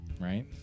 Right